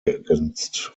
against